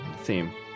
theme